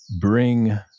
bring